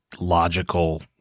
logical